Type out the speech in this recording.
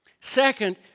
Second